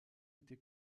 été